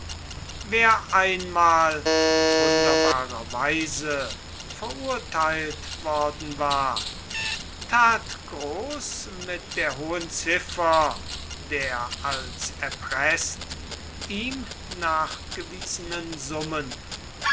wer einmal wunderbarerweise verurteilt worden war tat groß mit der hohen ziffer der als erpreßt ihm nachgewiesenen summen